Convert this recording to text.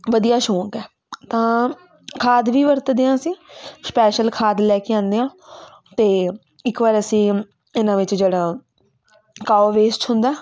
ਵਧੀਆ ਸ਼ੌਕ ਹੈ ਤਾਂ ਖਾਦ ਵੀ ਵਰਤਦੇ ਹਾਂ ਅਸੀਂ ਸਪੈਸ਼ਲ ਖਾਦ ਲੈ ਕੇ ਆਉਂਦੇ ਹਾਂ ਅਤੇ ਇੱਕ ਵਾਰ ਅਸੀਂ ਇਹਨਾਂ ਵਿੱਚ ਜਿਹੜਾ ਕਾਓ ਵੇਸਟ ਹੁੰਦਾ